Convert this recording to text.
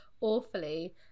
awfully